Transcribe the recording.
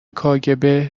کاگب